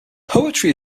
poetry